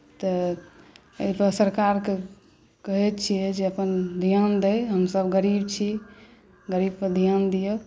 तऽ एहिपर सरकारकेँ कहैत छियै जे अपन ध्यान दै हमसभ गरीब छी गरीबपर ध्यान दियौ